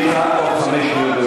יש לך עוד חמש שניות.